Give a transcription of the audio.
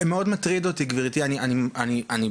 מאוד מטריד אותי גברתי ואני באמת,